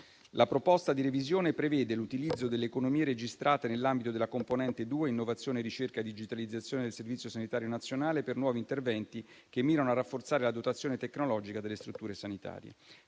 La proposta di revisione prevede l'utilizzo delle economie registrate nell'ambito della componente 2 innovazione, ricerca, digitalizzazione del Servizio sanitario nazionale per nuovi interventi che mirano a rafforzare la dotazione tecnologica delle strutture sanitarie.